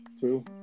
two